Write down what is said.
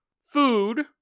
food